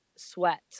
sweat